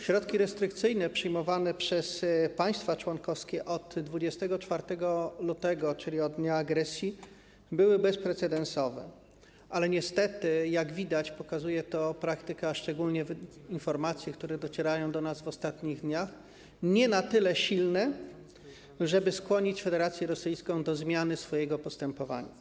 Środki restrykcyjne przyjmowane przez państwa członkowskie od 24 lutego, czyli od dnia agresji, były bezprecedensowe, ale niestety, jak widać, pokazuje to praktyka, a szczególnie wiemy to z informacji, które docierają do nas w ostatnich dniach, nie na tyle silne, żeby skłonić Federację Rosyjską do zmiany swojego postępowania.